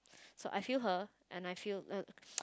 so I feel her and I feel